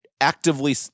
actively